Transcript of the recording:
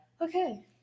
Okay